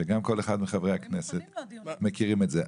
וגם כל אחד מחברי הכנסת מכירים את זה,